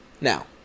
Now